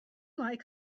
like